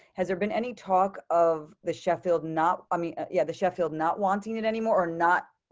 has there been any talk of the sheffield not. i mean, yeah, the sheffield, not wanting it anymore or not,